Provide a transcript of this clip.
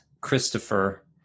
Christopher